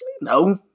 no